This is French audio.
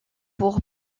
pour